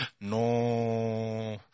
No